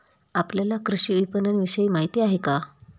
आपल्याला कृषी विपणनविषयी माहिती आहे का?